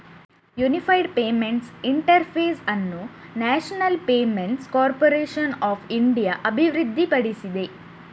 unified payments interface ಅನ್ನು national payments corporation of India ಅಭಿವೃದ್ಧಿಪಡಿಸಿದೆ